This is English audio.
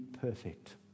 perfect